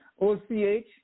O-C-H